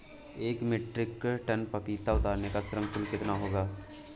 एक metric ton पपीता उतारने का श्रम शुल्क कितना होगा?